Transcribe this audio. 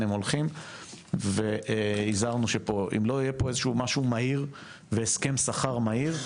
הם הולכים והזהרנו שאם לא יהיה פה משהו מהיר והסכם שכר מהיר,